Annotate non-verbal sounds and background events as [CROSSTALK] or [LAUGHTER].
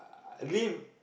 [NOISE] live